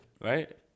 right